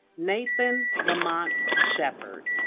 nathan lamont shepherd